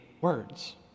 words